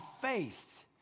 faith